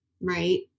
right